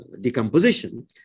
decomposition